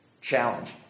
Challenge